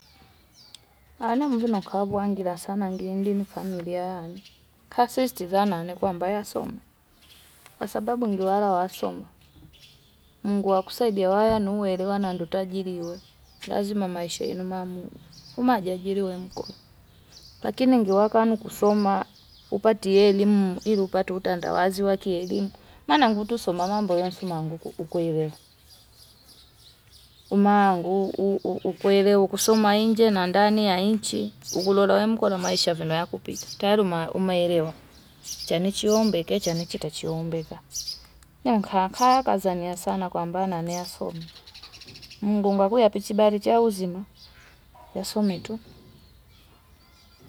Ana mbuna wakabu wangila sana ngi indi nukamiliani. Kasa istizana anekuwa mbaya soma. Kwasababu ngiwala wa soma. Mungu wa kusaidia waya nuhuwelewa na nduta jiliwe. Lazima maisha inumamu. Uma ajajiliwe mko. Lakini ngiwakaanu kusoma, upati elimu, ilu upati utandawazi waki elimu. Mana ngu tu soma mambo yu sumangu kukuelewa. Umangu, ukuelewa, ukusoma inje, nandani ya inchi, ukuloloe mko la maisha vino ya kupita. Tari umaelewa. Janichi ombeke, janichi tachihombeka. Nyumkaka kaza niya sana kwa mbana niya somi. Mungu mbaku ya pichibari tia uzima. Ya somi tu.